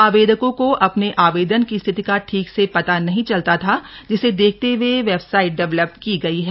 आवेदकों को अपने आवेदन की स्थिति का ठीक से पता नहीं चलता था जिसे देखते ह्ए बेवसाइट डेवलप की गई है